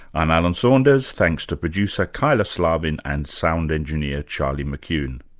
i'm alan saunders, thanks to producer kyla slaven and sound engineer charlie mccune.